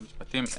המשפטים,